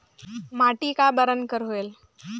माटी का बरन कर होयल?